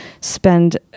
spend